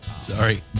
Sorry